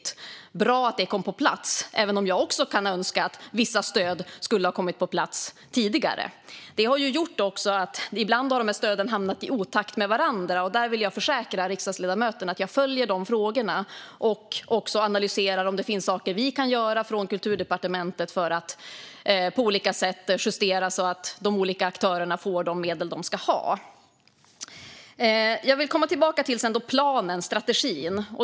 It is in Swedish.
Det är bra att de kom på plats, men även jag kan önska att vissa stöd hade kommit på plats tidigare. Ibland har dessa stöd kommit i otakt med varandra, men jag vill försäkra ledamöterna om att jag följer detta och analyserar om Kulturdepartementet kan göra justeringar så att de olika aktörerna får de medel de ska ha. Låt mig återvända till strategin.